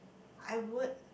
I would